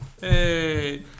Hey